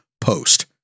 post